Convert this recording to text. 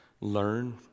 learn